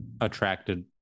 attracted